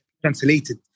Translated